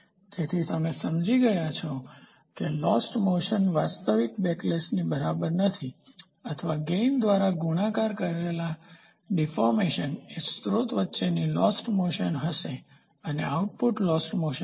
તેથી તમે સમજી ગયા છો કેલોસ્ટ મોસનખોવાયેલી ગતિ વાસ્તવિક બેકલેશની બરાબર છે અથવા ગેઇનલાભ દ્વારા ગુણાકાર કરાયેલ ડીફોર્મશનવિકૃતિ એ સ્રોત વચ્ચેની લોસ્ટ મોસનખોવાયેલી ગતિ હશે અને આઉટપુટ લોસ્ટ મોસનખોવાયેલી ગતિ હશે